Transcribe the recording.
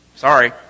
Sorry